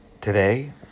Today